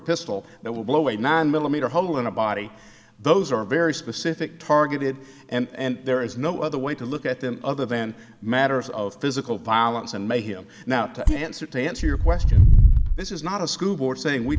pistol that will blow a nine millimeter hole in a body those are very specific targeted and there is no other way to look at them other than matters of physical violence and make him now to answer to answer your question this is not a school board saying we